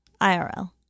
IRL